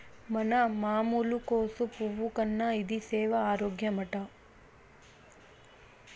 మన మామూలు కోసు పువ్వు కన్నా ఇది సేన ఆరోగ్యమట